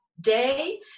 Day